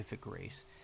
grace